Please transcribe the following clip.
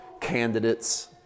candidates